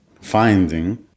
finding